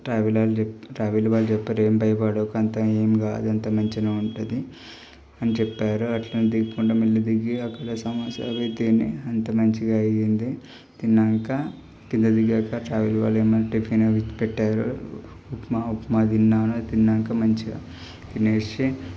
travel వాళ్ళు చెప్ travel వాళ్ళు చెప్పారు ఏం భయపడకు అంతా ఏం కాదు అంత మంచిగానే ఉంటుంది అని చెప్పారు అట్లనే దిగకుండా మెల్లిగా దిగి అక్కడ సమోసాలు తిని అంత మంచిగా అయింది తిన్నాక క్రింద దిగాక ట్రావెల్ వాళ్ళు ఏమి అంటే టిఫిన్ అవి పెట్టారు ఉప్మా ఉప్మా తిన్నాను తిన్నాక మంచిగా తినేసి